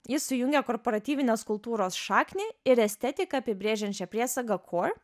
jis sujungia korporatyvinės kultūros šaknį ir estetiką apibrėžiančią priesagą kor